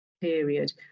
period